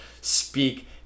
speak